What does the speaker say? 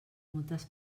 moltes